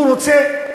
הוא רוצה,